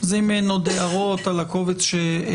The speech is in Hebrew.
אז אם אין עוד הערות על הקובץ שהקראנו,